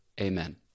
Amen